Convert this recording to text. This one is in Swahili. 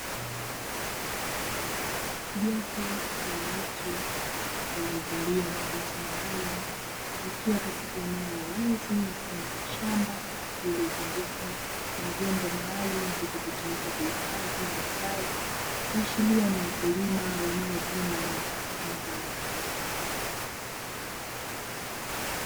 Jopo la watu waliovalia mavazi maalumu wakiwa katika eneo la wazi mfano wa shamba lililozungukwa na vyombo maalumu vinavyotumika kuhifadhi mazao, ikiashira ni wakulima wanaovuna mazao hayo.